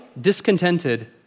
discontented